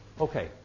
Okay